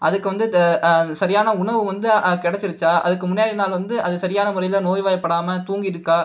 அதுக்கு வந்து சரியான உணவு வந்து கிடைச்சிடுச்சா அதுக்கு முன்னாடி நாள் வந்து அது சரியான முறையில் நோய்வாய்ப்படாமல் தூங்கியிருக்கா